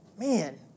man